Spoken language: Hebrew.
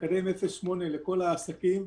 מקדם 0.8 לכל העסקים,